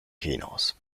kinos